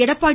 Edappadi